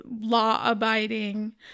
law-abiding